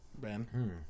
Ben